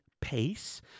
pace